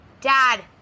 Dad